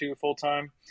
full-time